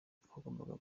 twagombaga